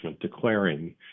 declaring